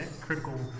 critical